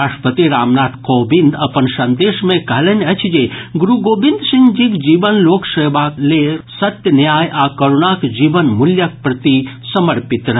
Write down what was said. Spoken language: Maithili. राष्ट्रपति रामनाथ कोविंद अपन संदेश मे कहलनि अछि जे गुरू गोविंद सिंह जीक जीवन लोक सभक सेवा सत्य न्याय आ करूणाक जीवन मूल्यक प्रति समर्पित रहल